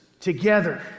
together